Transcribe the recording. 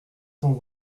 cent